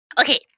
Okay